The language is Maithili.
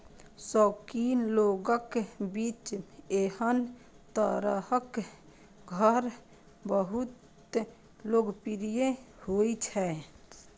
शौकीन लोगक बीच एहन तरहक घर बहुत लोकप्रिय होइ छै